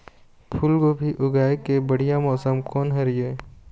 फूलगोभी उगाए के बढ़िया मौसम कोन हर ये?